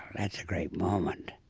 that's a great moment.